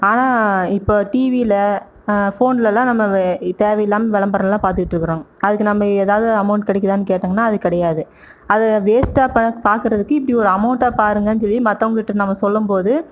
ஆனால் இப்போ டிவியில ஃபோன்லலாம் நம்ம தேவயில்லாமல் விளம்பரம்லாம் பார்த்துட்டு இருக்கிறோம் அதுக்கு நம்ம ஏதாவது அமௌண்ட் கிடைக்குதான்னு கேட்டீங்கன்னால் அது கிடையாது அதை வேஸ்ட்டாக இப்போ பார்க்குறதுக்கு இப்படி ஒரு அமௌண்ட்டாக பாருங்கள்னு சொல்லி மற்றவங்ககிட்ட நம்ம சொல்லும்போது